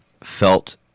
felt